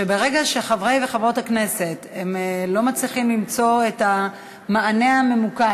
שברגע שחברי וחברות הכנסת לא מצליחים למצוא את המענה הממוקד,